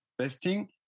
testing